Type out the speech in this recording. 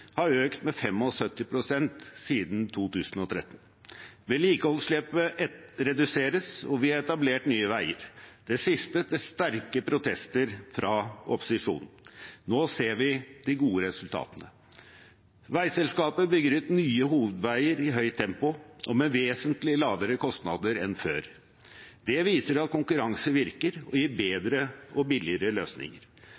har økt med 75 pst. siden 2013, vedlikeholdsetterslepet reduseres, og vi har etablert Nye Veier – det siste til sterke protester fra opposisjonen. Nå ser vi de gode resultatene. Veiselskapet bygger ut nye hovedveier i høyt tempo og med vesentlig lavere kostnader enn før. Det viser at konkurranse virker og gir